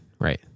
right